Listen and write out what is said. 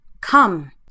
come